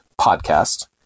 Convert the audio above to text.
podcast